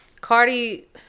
Cardi